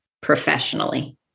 professionally